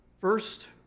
First